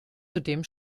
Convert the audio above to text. zudem